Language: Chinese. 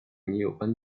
有关